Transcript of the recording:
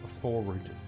forward